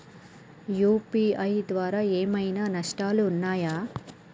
UPI ద్వారా ఏమైనా నష్టాలు ఉన్నయా?